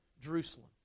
Jerusalem